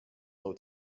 low